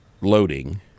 loading